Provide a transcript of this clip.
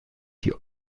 die